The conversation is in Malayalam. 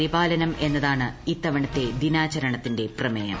പരിപാലനം എന്നതാണ് ഇത്തവണത്തെ ദിനാചരണത്തിന്റെ പ്രമേയം